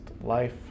life